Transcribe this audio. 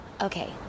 Okay